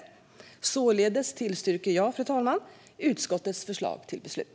Således, fru talman, yrkar jag bifall till utskottets förslag till beslut.